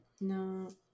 No